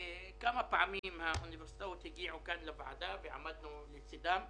היו כמה פעמים שהאוניברסיטאות הגיעו כאן לוועדה ועמדנו לצידן.